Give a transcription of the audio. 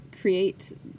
create